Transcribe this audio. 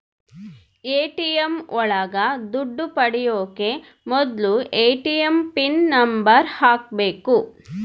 ATM ಒಳಗ ದುಡ್ಡು ಪಡಿಯೋಕೆ ಮೊದ್ಲು ಎ.ಟಿ.ಎಂ ಪಿನ್ ನಂಬರ್ ಹಾಕ್ಬೇಕು